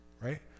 right